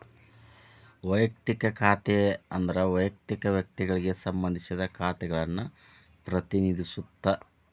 ವಯಕ್ತಿಕ ಖಾತೆ ಅಂದ್ರ ವಯಕ್ತಿಕ ವ್ಯಕ್ತಿಗಳಿಗೆ ಸಂಬಂಧಿಸಿದ ಖಾತೆಗಳನ್ನ ಪ್ರತಿನಿಧಿಸುತ್ತ